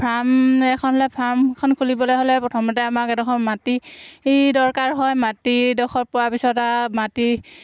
farm এখন হ'লে ফাৰ্মখন খুলিবলৈ হ'লে প্ৰথমতে আমাক এডোখৰ মাটি দৰকাৰ হয় মাটিডোখৰ পোৱাৰ পিছত আৰু মাটি